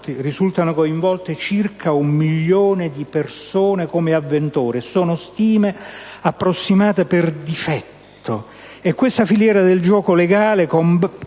risultano coinvolte circa un milione di persone come avventori, e sono stime approssimate per difetto. E questa filiera del gioco legale